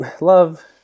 love